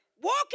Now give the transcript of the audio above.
Walking